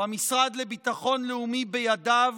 או המשרד לביטחון הלאומי, בידיו